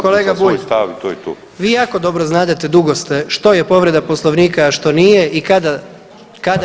Kolega Bulj vi jako dobro znadete dugo ste što je povreda poslovnika, a što nije i kada